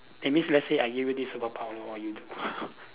that means let's say I give you this superpower what you do